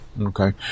Okay